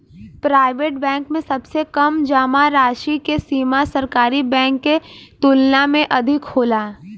private bank में सबसे कम जामा राशि के सीमा सरकारी बैंक के तुलना में अधिक होला